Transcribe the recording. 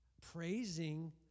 praising